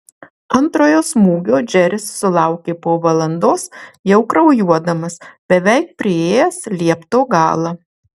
antrojo smūgio džeris sulaukė po valandos jau kraujuodamas beveik priėjęs liepto galą